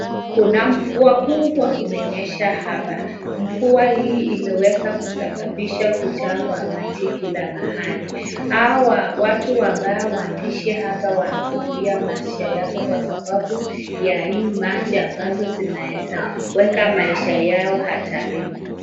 Kuna mvua kubwa kumenyesha hapa mvua hii imeweza kusababisha kujaa kwa maji kila mahali hawa watu ambao wanaishi hapa wanahofia maisha yake kwasababu ya hii maji ambazo zinaweza weka maisha yao hatarini